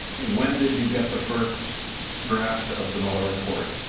when did you get the first draft of the mueller report?